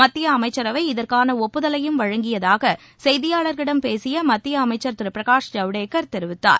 மத்திஅமைச்சரவை இதற்கானஒப்புதலையும் வழங்கியதாகசெய்தியாளர்களிடம் பேசியமத்தியஅமைச்சர் திருபிரகாஷ் ஜவடேகர் தெரிவித்தார்